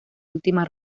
última